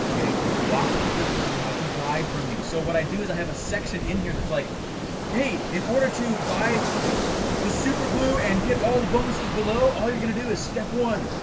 walk people through how to buy from you. so what i do is i have a section in here that's like hey in order to buy the super glue and get all the bonuses below all you're gonna do is step one,